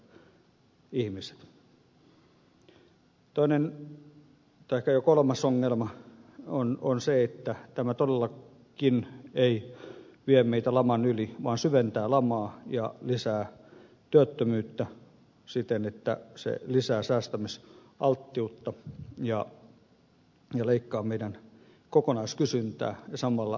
toinen tai jo kolmas ongelma on se että tämä todellakaan ei vie meitä laman yli vaan syventää lamaa ja lisää työttömyyttä siten että se lisää säästämisalttiutta ja leikkaa meidän kokonaiskysyntäämme ja samalla työpaikkoja